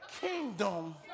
Kingdom